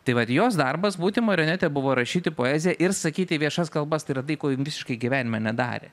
tai vat jos darbas būti marionete buvo rašyti poeziją ir sakyti viešas kalbas tai yra tai ko jin visiškai gyvenime nedarė